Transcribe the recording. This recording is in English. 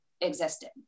existed